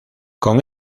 con